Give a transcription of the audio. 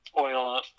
oil